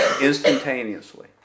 instantaneously